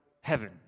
heaven